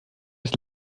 bis